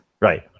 Right